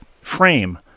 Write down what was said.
frame